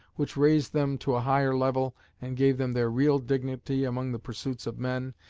which raised them to a higher level and gave them their real dignity among the pursuits of men,